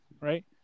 right